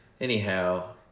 anyhow